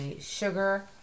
sugar